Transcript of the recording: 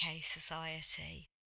society